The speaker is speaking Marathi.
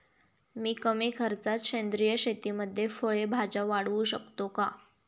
मी कमी खर्चात सेंद्रिय शेतीमध्ये फळे भाज्या वाढवू शकतो का?